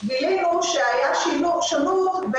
מכבי מקפידה ששיעור הרופאים המומחים שלנו יהיה